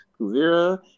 Kuvira